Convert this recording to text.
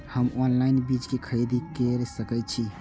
हम ऑनलाइन बीज के खरीदी केर सके छी?